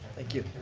thank you.